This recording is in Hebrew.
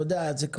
אתה יודע את זה,